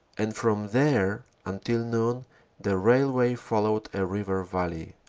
and from there until noon the rail way followed a river valley.